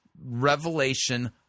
revelation